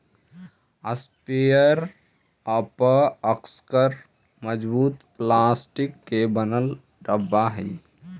sprayer पअक्सर मजबूत plastic के बनल डब्बा हई